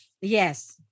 Yes